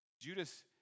Judas